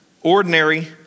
ordinary